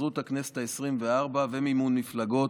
התפזרות הכנסת העשרים-וארבע ומימון מפלגות,